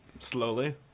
Slowly